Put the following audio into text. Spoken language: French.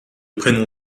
prénom